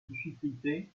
difficulté